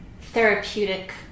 therapeutic